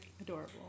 Adorable